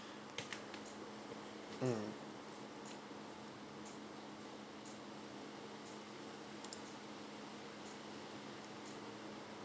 mm